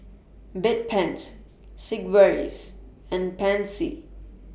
Bedpans Sigvaris and Pansy